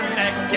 neck